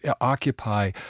occupy